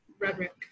rhetoric